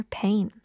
pain